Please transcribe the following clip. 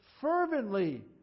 fervently